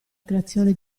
creazione